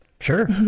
Sure